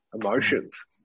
emotions